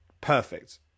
perfect